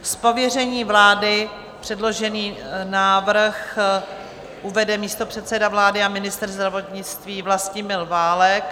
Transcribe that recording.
Z pověření vlády předložený návrh uvede místopředseda vlády a ministr zdravotnictví Vlastimil Válek.